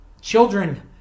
children